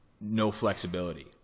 no-flexibility